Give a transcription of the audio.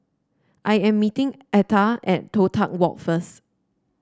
I am meeting Atha at Toh Tuck Walk first